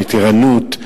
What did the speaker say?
המתירנות,